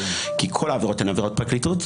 כי כל העבירות הן עבירות פרקליטות,